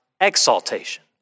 exaltation